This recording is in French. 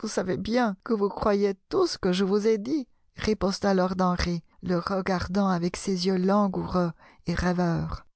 vous savez bien que vous croyez tout ce que je vous ai dit riposta lord henry le regardant avec ses yeux langoureux et rêveurs